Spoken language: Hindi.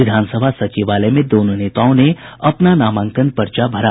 विधानसभा सचिवालय में दोनों नेताओं ने अपना नामांकन पर्चा भरा